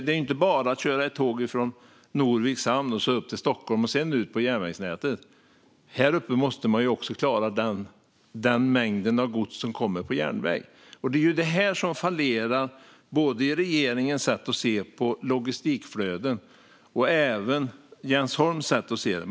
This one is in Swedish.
Det är inte bara ett köra ett tåg från Norviks hamn upp till Stockholm och vidare ut på järnvägsnätet. Här uppe i Stockholm måste man också klara den mängd av gods som kommer på järnväg. Det är här det fallerar i både regeringens och Jens Holms syn på logistikflöden.